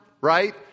Right